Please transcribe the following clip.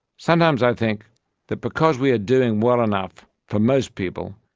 sometimes i think that because we are doing well enough for most people,